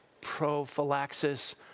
prophylaxis